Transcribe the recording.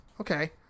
Okay